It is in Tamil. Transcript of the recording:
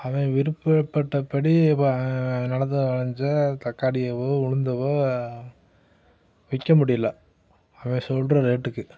அவன் விருப்பப்பட்டப்படி வ நெலத்தில் விளஞ்ச தக்காளியவோ உளுந்தவோ விற்க முடியலை அவன் சொல்கிற ரேட்டுக்கு